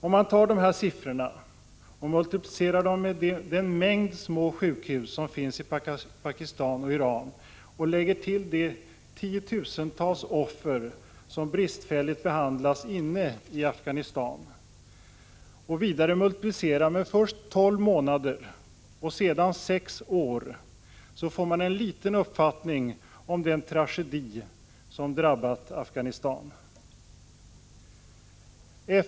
Om man multiplicerar de här siffrorna med det stora antal små sjukhus som finns i Pakistan och i Iran, lägger till de tiotusentals offer som bristfälligt behandlas inne i landet och vidare multiplicerar först med tolv månader och sedan med sex år, då får man en liten uppfattning om den tragedi som drabbat Afghanistan.